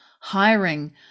hiring